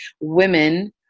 women